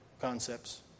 concepts